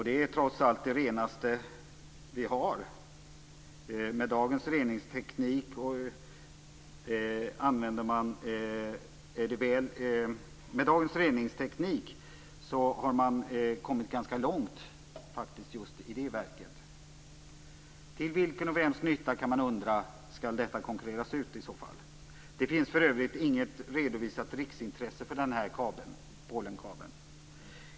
Det är trots allt det renaste vi har. Med dagens reningsteknik har man kommit ganska långt i just det verket. Man kan undra till vilken och vems nytta detta i så fall sker. Det finns för övrigt inget redovisat riksintresse för den här Polenkabeln.